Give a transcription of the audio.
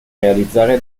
realizzare